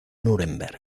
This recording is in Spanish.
núremberg